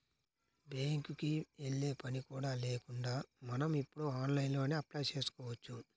బ్యేంకుకి యెల్లే పని కూడా లేకుండా మనం ఇప్పుడు ఆన్లైన్లోనే అప్లై చేసుకోవచ్చు